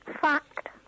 Fact